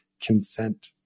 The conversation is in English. consent